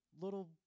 little